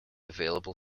available